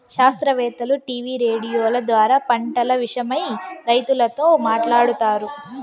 శాస్త్రవేత్తలు టీవీ రేడియోల ద్వారా పంటల విషయమై రైతులతో మాట్లాడుతారు